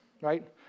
Right